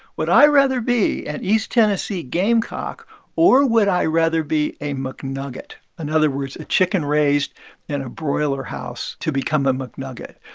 would i rather be an east tennessee gamecock or would i rather be a mcnugget in and other words, a chicken raised in a broiler house to become a mcnugget.